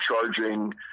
charging